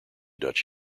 dutch